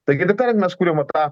taigi detalėm mes kuriam va tą